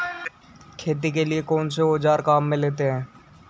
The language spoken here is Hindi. खेती के लिए कौनसे औज़ार काम में लेते हैं?